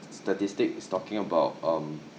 statistic is talking about um